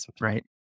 Right